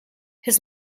his